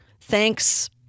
Thanks